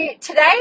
today